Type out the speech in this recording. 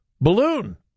balloon